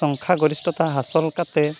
ᱥᱚᱝᱠᱷᱟ ᱜᱚᱨᱤᱥᱴᱷᱚᱛᱟ ᱦᱟᱥᱤᱞ ᱠᱟᱛᱮ